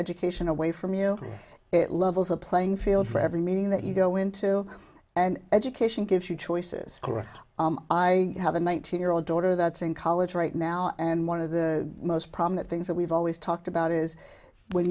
education away from you it levels the playing field for every meeting that you go into and education gives you choices i have a nineteen year old daughter that's in college right now and one of the most prominent things that we've always talked about is when